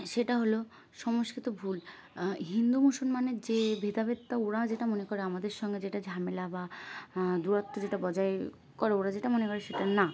সেটা হলো সংস্কৃত ভুল হিন্দু মুসলমানের যে ভেদাভেদটা ওরা যেটা মনে করে আমাদের সঙ্গে যেটা ঝামেলা বা দূরত্ব যেটা বজায় করে ওরা যেটা মনে করে সেটা না